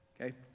Okay